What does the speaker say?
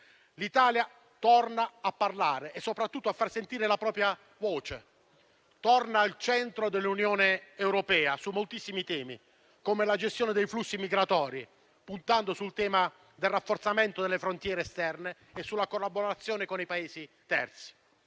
L'Italia torna a parlare e soprattutto a far sentire la propria voce. Torna al centro dell'Unione europea su moltissimi temi, come la gestione dei flussi migratori, puntando sul tema del rafforzamento delle frontiere esterne e sulla collaborazione con i Paesi terzi.